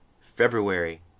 February